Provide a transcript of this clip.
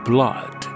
Blood